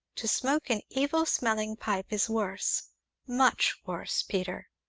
to smoke an evil-smelling pipe is worse much worse, peter!